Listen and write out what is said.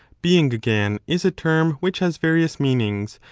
being, again, is a term which has various meanings,